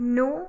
no